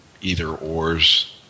either/or's